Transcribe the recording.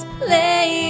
play